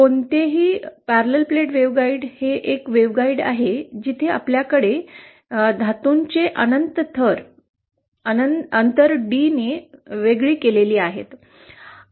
कोणतेही समांतर plate waveguide हे एक वेव्हगाईड आहे जिथे आपल्याकडे धातूंचे अनंत थर अंतर d ने अलग केलेले आहेत